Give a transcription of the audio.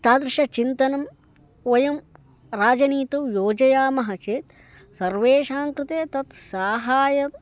तादृशचिन्तनं वयं राजनीतौ योजयामः चेत् सर्वेषां कृते तत् साहाय्यम्